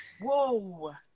Whoa